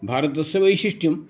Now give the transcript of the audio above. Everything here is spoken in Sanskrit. भारतस्य वैशिष्ट्यं